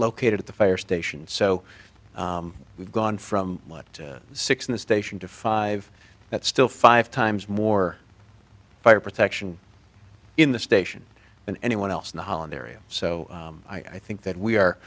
located at the fire station so we've gone from what six in the station to five that's still five times more fire protection in the station and anyone else in the holland area so i think that we are